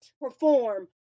perform